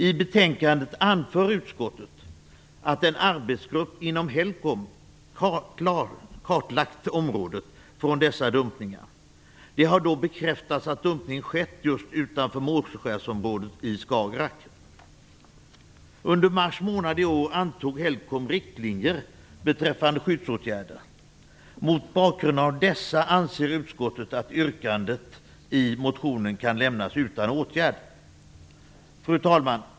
I betänkandet anför utskottet att en arbetsgrupp inom HELCOM kartlagt området för dessa dumpningar. Det har då bekräftats att dumpning skett just utanför Måseskärsområdet i Skagerrak. Under mars månad i år antog HELCOM riktlinjer beträffande skyddsåtgärder. Mot bakgrund av dessa anser utskottet att yrkandet i motionen kan lämnas utan åtgärd. Fru talman!